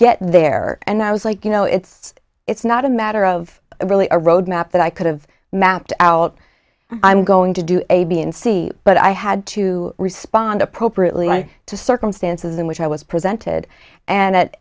get there and i was like you know it's it's not a matter of really a roadmap that i could've mapped out i'm going to do a b and c but i had to respond and appropriately to circumstances in which i was presented and at